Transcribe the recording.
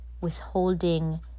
Withholding